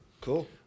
Cool